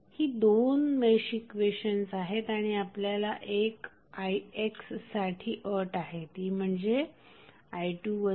ही दोन mesh equations आहेत आणि आणखी एक ixसाठी अट आहे ती म्हणजे i2 i1